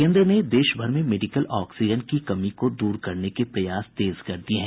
केन्द्र ने देश भर में मेडिकल ऑक्सीजन की कमी को दूर करने के प्रयास तेज कर दिये हैं